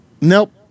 Nope